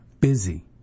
busy